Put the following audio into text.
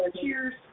Cheers